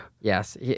Yes